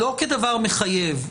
לא כדבר מחייב,